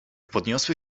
podniosły